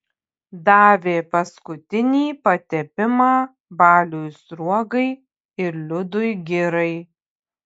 davė paskutinį patepimą baliui sruogai ir liudui girai